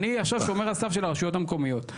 אני עכשיו שומר הסף של הרשויות המקומיות.